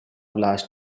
last